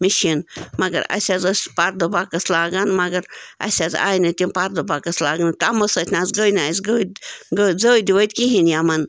machine مگر اَسہِ حظ ٲسۍ پردٕ بۄکٕس لاگان مگر اَسہِ حظ آیہِ نہٕ تِم پردٕ بۄکٕس لاگنہٕ ٹَمو سۭتۍ نَہ حظ گٔے نہٕ اَسہِ گٔد زٔد دٔد کِہیٖنۍ یَمن